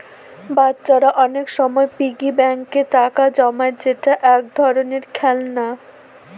বাচ্চারা অনেক সময় পিগি ব্যাঙ্কে টাকা জমায় যেটা এক ধরনের খেলনা